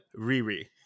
Riri